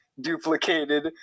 Duplicated